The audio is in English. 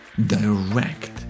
direct